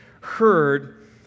heard